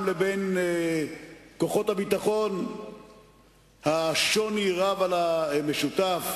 לבין כוחות הביטחון השוני רב על המשותף